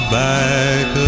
back